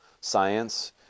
science